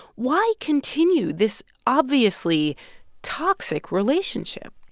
why continue this obviously toxic relationship?